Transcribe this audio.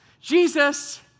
Jesus